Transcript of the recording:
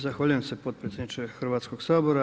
Zahvaljujem se potpredsjedniče Hrvatskog sabora.